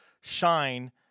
Shine